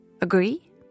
Agree